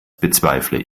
bezweifle